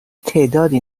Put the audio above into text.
تعدادی